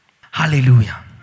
Hallelujah